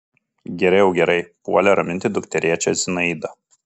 gerai jau gerai puolė raminti dukterėčią zinaida